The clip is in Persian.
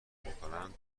میکنند